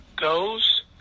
goes